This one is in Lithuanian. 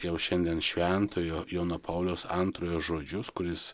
jau šiandien šventojo jono pauliaus antrojo žodžius kuris